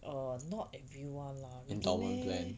uh not everyone lah really meh